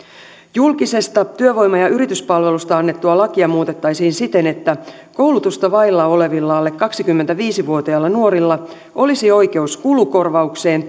julkisesta työvoima ja yrityspalvelusta annettua lakia muutettaisiin siten että koulutusta vailla olevilla alle kaksikymmentäviisi vuotiailla nuorilla olisi oikeus kulukorvaukseen